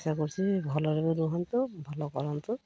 ଭଲରେ ବି ରୁହନ୍ତୁ ଭଲ କରନ୍ତୁ